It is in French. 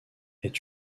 est